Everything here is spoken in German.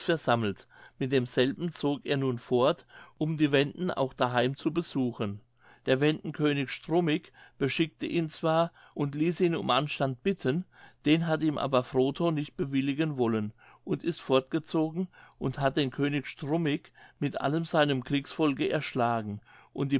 versammelt mit demselben zog er nun fort um die wenden auch daheim zu besuchen der wenden könig strumik beschickte ihn zwar und ließ ihn um anstand bitten den hat ihm aber frotho nicht bewilligen wollen und ist fortgezogen und hat den könig strumik mit allem seinem kriegsvolk erschlagen und